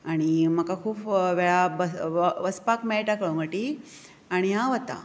आनी म्हाका खूब वेळा वचपाक मेळटा कळंगूटी आनी हांव वतां